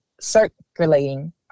circulating